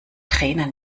trainer